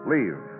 Leave